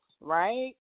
right